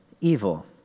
evil